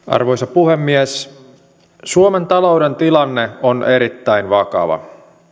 arvoisa puhemies suomen talouden tilanne on erittäin vakava